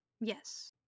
yes